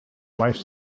life